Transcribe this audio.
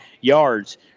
yards